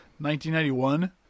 1991